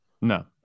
No